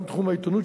גם תחום העיתונות,